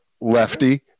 lefty